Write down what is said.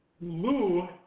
Lou